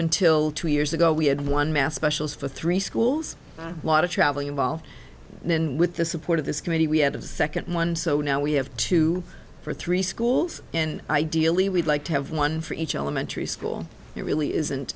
until two years ago we had one mass specials for three schools a lot of travelling involved and then with the support of this committee we had of second one so now we have two or three schools and ideally we'd like to have one for each elementary school it really isn't